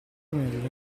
meglio